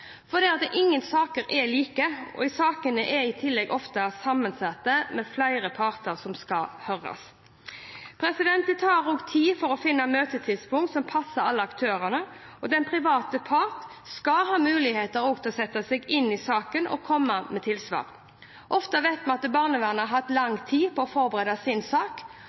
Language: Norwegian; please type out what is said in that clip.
sakene er i tillegg ofte sammensatte med flere parter som skal høres. Det tar tid å finne møtetidspunkt som passer alle aktørene, og den private part skal ha mulighet til å sette seg inn i saken og komme med tilsvar. Vi vet at barnevernet ofte har hatt lang tid på å forberede sin sak,